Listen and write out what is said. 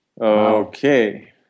Okay